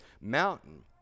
mountain